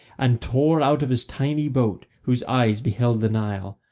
and torr out of his tiny boat, whose eyes beheld the nile,